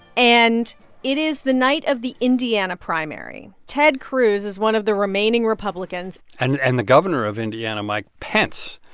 and it is the night of the indiana primary. ted cruz is one of the remaining republicans and and the governor of indiana, mike pence,